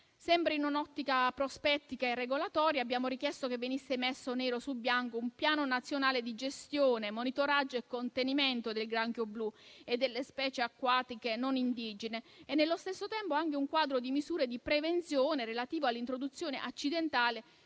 Sempre in un'ottica prospettica e regolatoria abbiamo richiesto che venisse messo nero su bianco un piano nazionale di gestione, monitoraggio e contenimento del granchio blu e delle specie acquatiche non indigene e, nello stesso tempo, anche un quadro di misure di prevenzione relativo all'introduzione accidentale